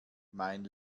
mein